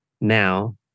now